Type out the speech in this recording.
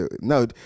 No